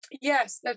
Yes